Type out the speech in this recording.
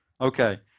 Okay